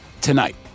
tonight